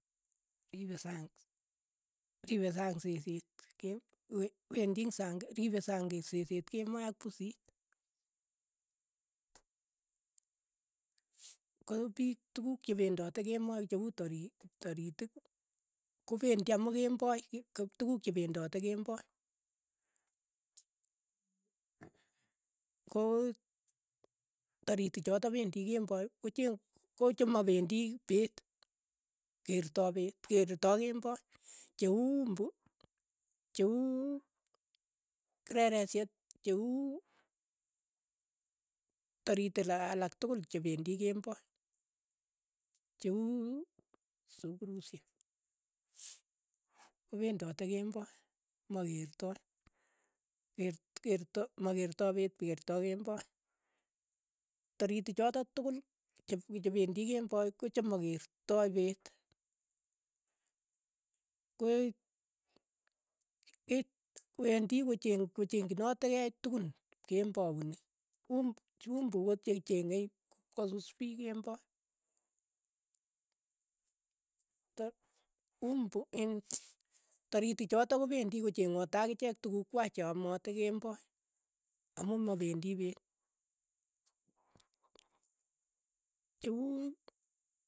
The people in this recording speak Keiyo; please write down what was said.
Ripe sang riipe sang seseet kem wendi wendi eng sang ripe sang seseet kemoi ak pusiit, ko piik tukuk chependoti kemoi che uu tori toritik kopendi amu kemboi kip tukuk chependoti kemboi, ko taritik chotok pendi koche kochemapendi peet keertoi peet keertoi kemboi, che uu umbu, che uu reresiet, che uu taritik alak tukul che pendii kemboi, che uu sukurushek, kopendati kemboi, makeertoi, ker- kert makertoi peet keertoi kemboi, taritik chotok tukul chep chependii kemboi kochemakeertoi peet, ko it wendi kocheng- kochengchikonetei tukun kembouni, um- umbu kochechengei kosuspiik kemboi, ta umbu eng' taritik chotok ko pendi kocheng'oti akichek tukuk kwai che amati kemboi, amu mapendii peet, che uu.